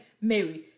Mary